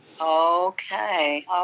Okay